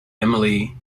emily